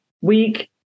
week